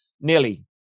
nearly